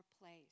place